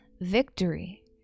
victory